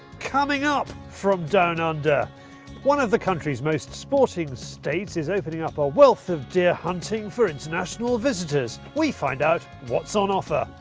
coming up from down under one of the country's most sporting states is opening up a wealth of deer hunting for international visitors. we find out what's on offer.